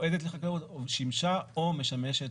לחקלאות, שימשה או משמשת